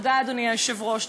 תודה, אדוני היושב-ראש.